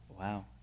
Wow